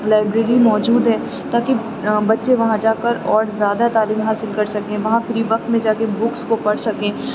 library موجود ہے تاکہ بچے وہاں جا کر اور زیادہ تعلیم حاصل کر سکیں وہاں فری وقت میں جا کے بکس کو پڑھ سکیں